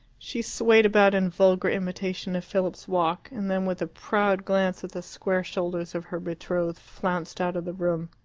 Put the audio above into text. she swayed about in vulgar imitation of philip's walk, and then, with a proud glance at the square shoulders of her betrothed, flounced out of the room.